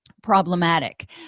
problematic